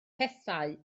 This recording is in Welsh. pethau